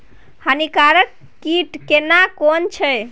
हानिकारक कीट केना कोन छै?